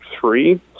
three